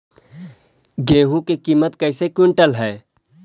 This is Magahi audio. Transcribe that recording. गेहू के किमत कैसे क्विंटल है?